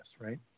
right